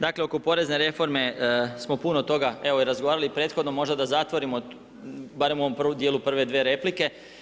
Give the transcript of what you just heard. Dakle, oko porezne reforme smo puno toga evo i razgovarali prethodno možda da zatvorimo barem u ovom prvom dijelu prve dvije replike.